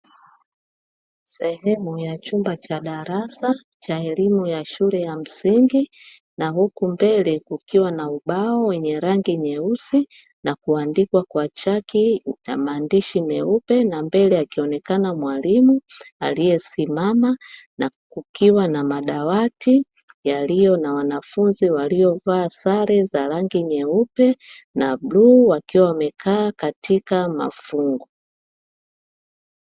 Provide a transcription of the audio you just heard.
Sehemu ya chumba cha darasa cha elimu ya shule ya msingi na huku mbele ukiwa na ubao wenye rangi nyeusi na kuandikwa kwa chaki na maandishi meupe na mbele akionekana mwalimu aliyesimama na kukiwa na madawati yaliyo na wanafunzi waliovaa sare za rangi nyeupe na bluu wakiwa wamekaa katika mafungu.